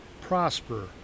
prosper